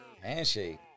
Handshake